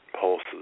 pulses